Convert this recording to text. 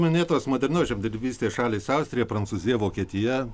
minėtos modernios žemdirbystės šalys austrija prancūzija vokietija